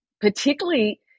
Particularly